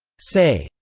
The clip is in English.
say,